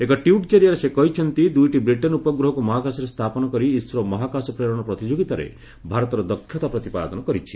ଏକ ଟ୍ୱିଟ୍ ଜରିଆରେ ସେ କହିଛନ୍ତି ଦୁଇଟି ବ୍ରିଟେନ ଉପଗ୍ରହକୁ ମହାକାଶରେ ସ୍ଥାପନ କରି ଇସ୍ରୋ ମହାକାଶ ପ୍ରେରଣ ପ୍ରତିଯୋଗୀତାରେ ଭାରତର ଦକ୍ଷତା ପ୍ରତିପାଦନ କରିଛି